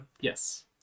Yes